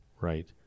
Right